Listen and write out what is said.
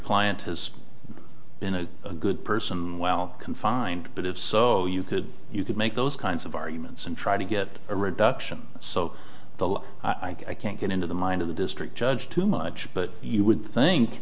client has been a good person well confined but if so you could you could make those kinds of arguments and try to get a reduction so the i can't get into the mind of the district judge too much but you would think